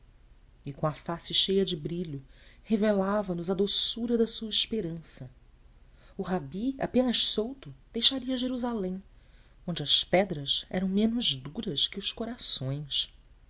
e com a face cheia de brilho revelava nos a doçura da sua esperança o rabi apenas solto deixaria jerusalém onde as pedras eram menos duras que os corações